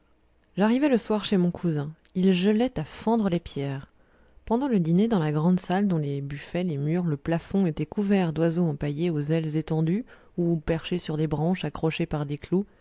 j'arrivai le soir chez mon cousin il gelait à fendre les pierres pendant le dîner dans la grande salle dont les buffets les murs le plafond étaient couverts d'oiseaux empaillés aux ailes étendues ou perchés sur des branches accrochées par des clous